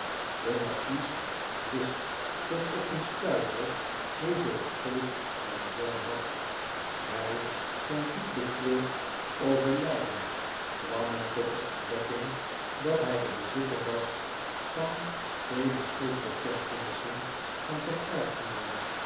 de markies wist tot op een stuiver hoeveel schuld zijn zoon had bij zijn diep betreurd overlijden kwam men tot de ontdekking dat hij de bezitter was van vele schuldbekentenissen van zijn